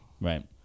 Right